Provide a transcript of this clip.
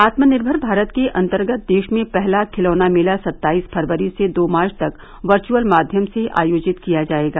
आत्मनिर्भर भारत के अन्तर्गत देश में पहला खिलौना मेला सत्ताईस फरवरी से दो मार्च तक वर्चअल माध्यम से आयोजित किया जायेगा